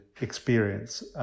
experience